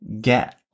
get